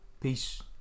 Peace